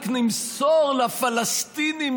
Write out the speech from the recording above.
רק נמסור לפלסטינים,